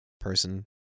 person